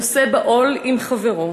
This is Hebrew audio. נושא בעול עם חברו,